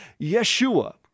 Yeshua